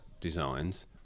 designs